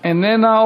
איננה.